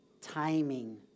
timing